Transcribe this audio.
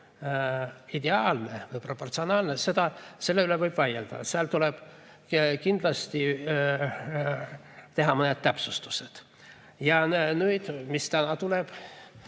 ideaalne või proportsionaalne, selle üle võib vaielda. Seal tuleb kindlasti teha mõned täpsustused. Nüüd see, mis täna tuleb